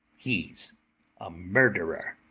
he's a murderer.